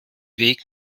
weg